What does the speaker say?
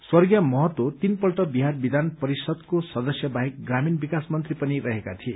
स्वर्गीय महतो तीनपल्ट बिहार विधान परिषदको सदस्य बाहेक ग्रामीण विकास मन्त्री पनि रहेका थिए